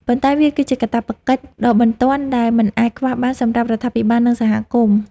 ប៉ុន្តែវាគឺជាកាតព្វកិច្ចដ៏បន្ទាន់ដែលមិនអាចខ្វះបានសម្រាប់រដ្ឋាភិបាល និងសហគមន៍។